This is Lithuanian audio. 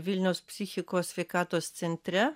vilniaus psichikos sveikatos centre